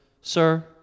Sir